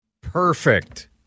Perfect